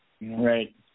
Right